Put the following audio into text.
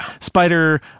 Spider